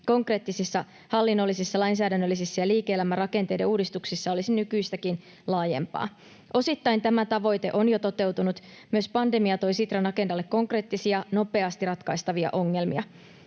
konkreettisissa, hallinnollisissa, lainsäädännöllisissä ja liike-elämän rakenteiden uudistuksissa olisi nykyistäkin laajempaa. Osittain tämä tavoite on jo toteutunut. Myös pandemia toi Sitran agendalle konkreettisia, nopeasti ratkaistavia ongelmia.